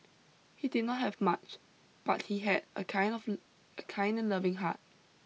he did not have much but he had a kind of a kind and loving heart